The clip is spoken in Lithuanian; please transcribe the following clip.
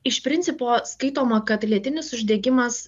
iš principo skaitoma kad lėtinis uždegimas